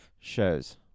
shows